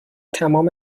تمام